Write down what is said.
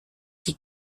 die